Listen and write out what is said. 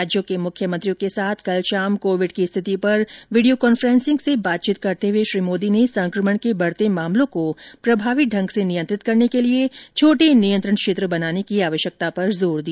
राज्यों के मुख्यमंत्रियों के साथ कल शाम कोविड की स्थिति पर वीडियो कॉन्फ्रेंसिंग से बातचीत करते हुए श्री मोदी ने संकमण के बढ़ते मामलों को प्रभावी ढंग से नियंत्रित करने के लिए छोटे नियंत्रण क्षेत्र बनाने की आवश्यकता पर जोर दिया